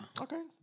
Okay